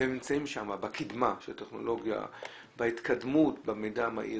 והם נמצאים שם בקדמה של הטכנולוגיה וההתקדמות במידע המהיר,